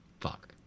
fuck